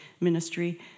ministry